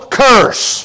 curse